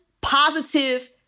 positive